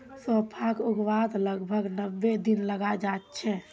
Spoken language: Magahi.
सौंफक उगवात लगभग नब्बे दिन लगे जाच्छे